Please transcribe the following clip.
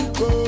go